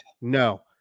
No